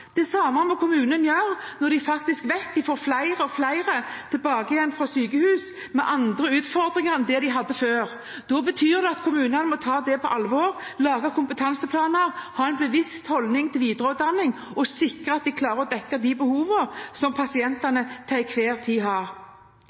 Det samme må kommunene gjøre når de faktisk vet at de får flere og flere tilbake fra sykehus med andre utfordringer enn det de hadde før. Da betyr det at kommunene må ta det på alvor, lage kompetanseplaner, ha en bevisst holdning til videreutdanning og sikre at de klarer å dekke de behovene som pasientene til enhver tid har.